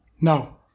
No